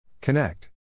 Connect